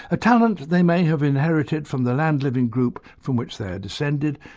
a talent they may have inherited from the land-living group from which they are descended,